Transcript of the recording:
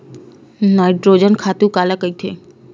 Nitrogen खातु काला कहिथे?